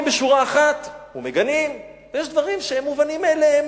בשורה אחת ומגנים ויש דברים שהם מובנים מאליהם.